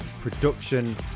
production